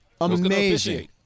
Amazing